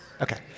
Okay